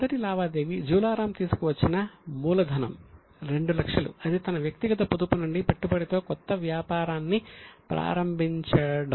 మొదటి లావాదేవీ జాలా రామ్ తీసుకువచ్చిన మూలధనం 200000 అది తన వ్యక్తిగత పొదుపు నుండి పెట్టుబడితో కొత్త వ్యాపారాన్ని ప్రారంభించడం